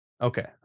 Okay